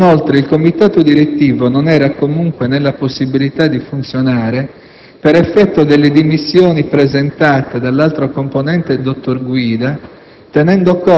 Inoltre, il Comitato direttivo non era, comunque, nella possibilità di funzionare per effetto delle dimissioni presentate dall'altro componente, dottor Guida,